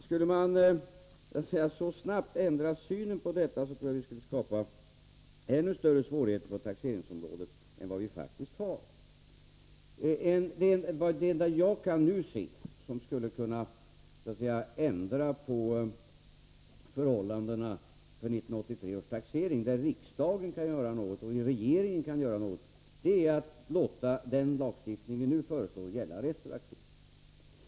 Skulle man så snabbt ändra synen på detta, tror jag att vi skulle skapa ännu större svårigheter på taxeringsområdet än vad vi faktiskt har. Det enda jag nu kan se att riksdagen och regeringen kan göra för att ändra på förhållandena för 1983 års taxering, är att låta den lagstiftning som vi nu föreslår gälla retroaktivt.